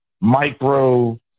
micro